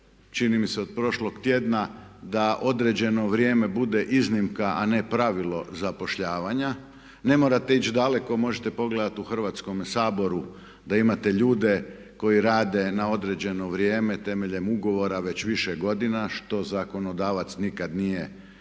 čini mi se od prošlog tjedna da određeno vrijeme bude iznimka a ne pravilo zapošljavanja. Ne morate ići daleko, možete pogledati u Hrvatskome saboru da imate ljude koji rade na određeno vrijeme temeljem ugovora već više godina što zakonodavac nikad nije